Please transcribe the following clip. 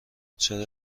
چرا